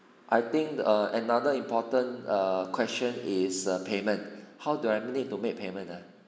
I think err another important err question is err payment how do I need to make payment ah